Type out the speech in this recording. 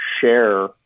share